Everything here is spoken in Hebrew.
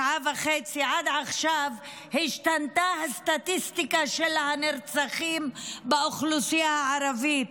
שעה וחצי עד עכשיו השתנתה הסטטיסטיקה של הנרצחים באוכלוסייה הערבית.